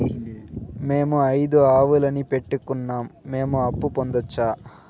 మేము ఐదు ఆవులని పెట్టుకున్నాం, మేము అప్పు పొందొచ్చా